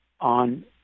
on